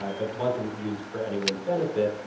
um but wasn't used for anyone's benefit,